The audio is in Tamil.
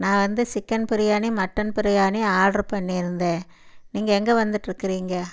நான் வந்து chicken biryani mutton biryani order பண்ணியிருந்தேன் நீங்கள் எங்கே வந்துகிட்ருக்கிறீங்க